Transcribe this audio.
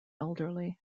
elderly